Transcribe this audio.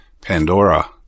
Pandora